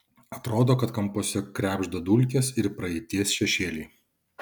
atrodo kad kampuose krebžda dulkės ir praeities šešėliai